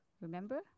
remember